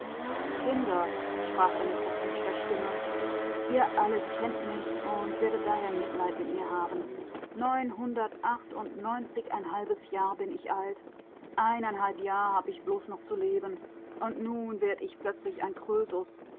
kinder sprach er mit zerknirschter stimme ihr alle kennt mich und werdet daher mitleid mit mir haben neunhundertachtundneunzigeinhalbes jahr bin ich alt eineinhalb jahr habe ich bloß noch zu leben und nun werd ich plötzlich ein